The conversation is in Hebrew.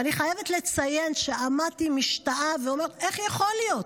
ואני חייבת לציין שעמדתי משתהה ואמרתי: איך יכול להיות?